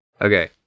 Okay